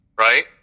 Right